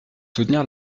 soutenir